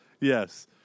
yes